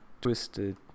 twisted